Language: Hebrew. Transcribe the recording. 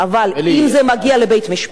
אבל אם זה מגיע לבית-משפט,